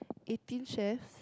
Eighteen Chef